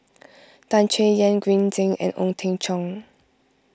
Tan Chay Yan Green Zeng and Ong Teng Cheong